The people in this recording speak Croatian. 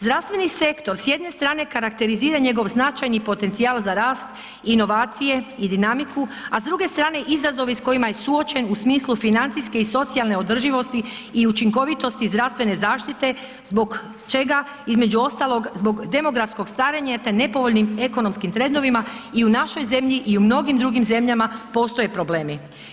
Zdravstveni sektor s jedne strane karakterizira njegov značajni potencijal za rast, inovacije i dinamiku a s druge strane izazove s kojima je suočen u smislu financijske i socijalne održivosti i učinkovitosti zdravstvene zaštite zbog čega između ostalog zbog demografskog starenja te nepovoljnim ekonomskim trendovima i u našoj zemlji i u mnogim drugim zemljama postoje problemi.